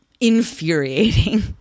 infuriating